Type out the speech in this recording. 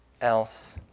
else